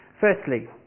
Firstly